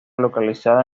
localizada